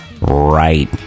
Right